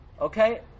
Okay